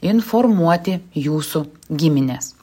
informuoti jūsų gimines